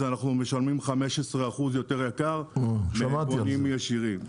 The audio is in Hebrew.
אנחנו משלמים 15% יותר יקר מיבואנים ישירים.